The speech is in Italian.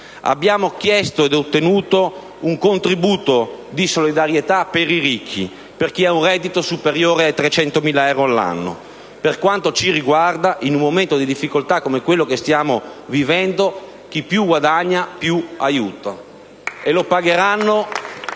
Abbiamo chiesto e ottenuto un contributo di solidarietà per i ricchi, per chi ha un reddito superiore ai 300.000 euro all'anno. Per quanto ci riguarda, in un momento di difficoltà come quello che stiamo vivendo, chi più guadagna più aiuta. *(Applausi